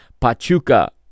Pachuca